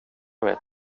vill